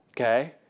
Okay